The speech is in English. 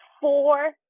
four